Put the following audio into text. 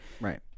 Right